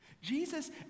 Jesus